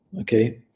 Okay